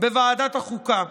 בוועדת החוקה.